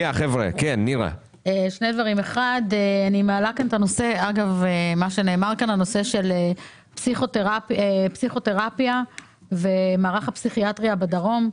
אני רוצה להעלות את הנושא של הפסיכותרפיה ומערך הפסיכיאטריה בדרום.